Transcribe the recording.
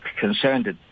concerned